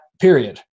period